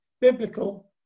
biblical